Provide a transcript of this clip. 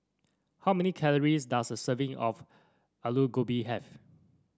how many calories does a serving of Alu Gobi have